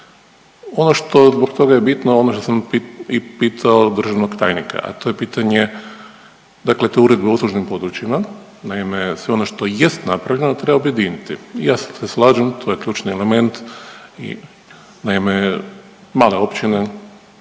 Ono što zbog toga je bitno ono što sam i pitao državnog tajnika, a to je pitanje, dakle to je Uredba o uslužnim područjima. Naime, sve ono što jest napravljeno treba objediniti. I ja se slažem to je ključni element i naime male općine,